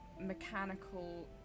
mechanical